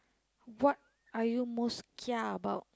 what are you most kia about